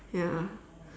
ya